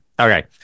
okay